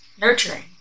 nurturing